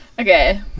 Okay